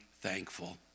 thankful